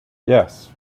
yes